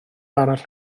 arall